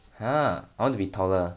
!huh! I wanna be taller